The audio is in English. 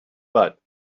but